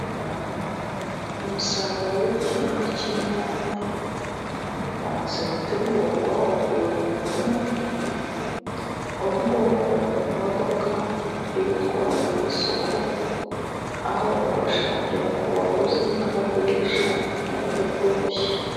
Umusaruro w'igihingwa cy'inyanya wamaze gutegurwa. Wakuwe mu murima, ubu ngubu uri mu modoka iwutwaye ku isoko, aho ubasha kugera ku baguzi n'abagurisha mu buryo bworoshye.